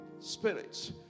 spirits